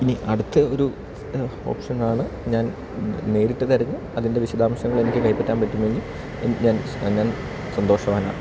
ഇനി അടുത്ത ഒരു ഓപ്ഷനാണ് ഞാൻ നേരിട്ട് തിരഞ്ഞ് അതിൻ്റെ വിശദാംശങ്ങൾ എനിക്ക് കൈപ്പറ്റാൻ പറ്റുമോന്ന് ഞാൻ സന്തോഷവാനാണ്